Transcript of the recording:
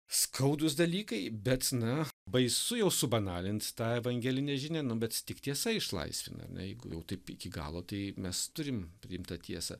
skaudūs dalykai bet na baisu jau subanalint tą evangelinę žinią bet tik tiesa išlaisvina ar ne jeigu jau taip iki galo tai mes turim priimtą tiesą